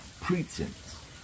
pretense